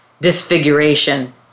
disfiguration